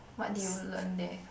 what did you learn there